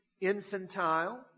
infantile